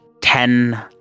Ten